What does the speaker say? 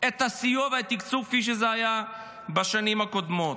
את הסיוע והתקצוב כפי שזה היה בשנים הקודמות.